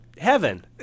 heaven